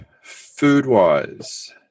food-wise